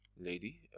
lady